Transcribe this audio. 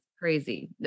crazy